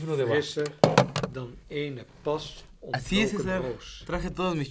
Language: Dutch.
frisscher dan eene pas ontloken roos